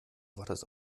wartest